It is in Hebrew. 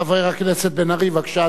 חבר הכנסת בן-ארי, בבקשה,